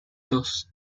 dos